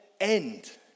end